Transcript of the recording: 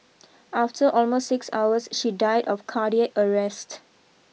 after almost six hours she died of cardiac arrest